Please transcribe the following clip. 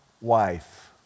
wife